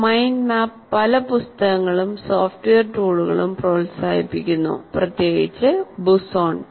ഒരു mind map പല പുസ്തകങ്ങളും സോഫ്റ്റ്വെയർ ടൂളുകളും പ്രോത്സാഹിപ്പിക്കുന്നു പ്രത്യേകിച്ച് ബുസോൺ